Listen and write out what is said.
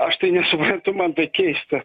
aš tai nesuprantu man tai keista